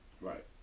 Right